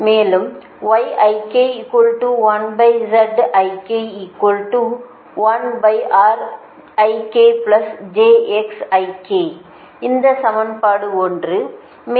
மேலும் இந்த சமன்பாடு 1